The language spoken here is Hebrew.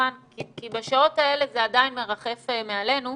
השולחן כי בשעות האלה זה עדיין מרחף מעלינו,